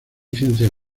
ciencias